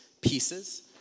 pieces